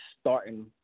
starting